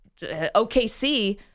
OKC